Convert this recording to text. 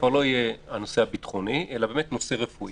כבר לא יהיה הנושא הביטחוני אלא הנושא הרפואי.